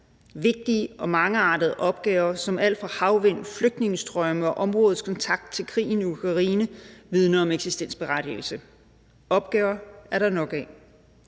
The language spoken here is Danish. Vigtige og mangeartede opgaver som alt fra havvind, flygtningestrømme og områdets kontakt til krigen i Ukraine vidner om eksistensberettigelse. Opgaver er der nok af.